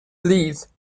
leeds